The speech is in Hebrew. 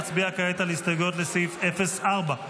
נצביע כעת על הסתייגויות לסעיף 04,